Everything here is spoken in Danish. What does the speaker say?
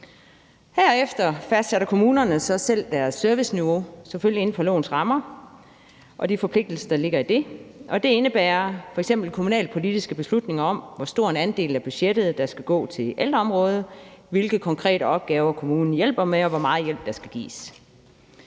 Herefter fastsætter kommunerne så selv deres serviceniveau, selvfølgelig inden for lovens rammer og med de forpligtelser, der ligger i det, og det indebærer f.eks. kommunalpolitiske beslutninger om, hvor stor en andel af budgettet der skal gå til ældreområdet, hvilke konkrete opgaver kommunen hjælper med, og hvor meget hjælp der skal gives.